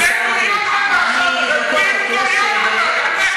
בושה וחרפה עליך.